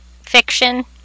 fiction